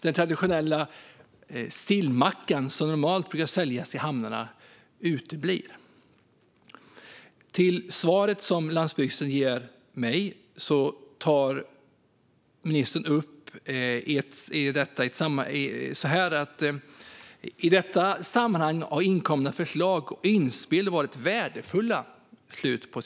Den traditionella sillmackan som normalt brukar säljas i hamnarna uteblir. Landsbygdsministern säger i sitt svar att "i detta sammanhang har inkomna förslag och inspel varit värdefulla".